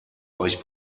euch